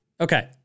Okay